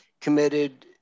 committed